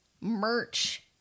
merch